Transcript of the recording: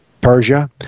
Persia